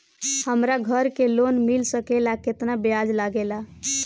हमरा घर के लोन मिल सकेला केतना ब्याज लागेला?